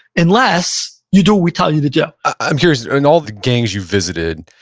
unless you do what we tell you to do. i'm curious. in all the gangs you visited,